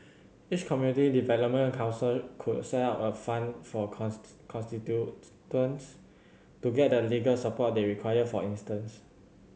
each community development council could set up a fund for constituents to get the legal support they require for instance